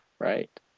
right